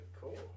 Cool